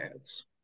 ads